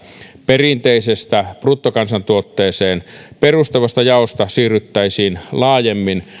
perinteisestä bruttokansantuotteeseen perustuvasta jaosta siirryttäisiin laajemmin